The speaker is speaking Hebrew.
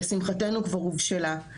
שלשמחתנו כבר הובשלה.